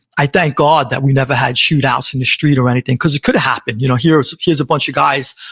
i thank god that we never had shootouts in the street or anything, because it could have happened you know here's here's a bunch of guys.